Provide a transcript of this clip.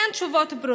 אין תשובות ברורות.